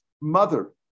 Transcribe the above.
mother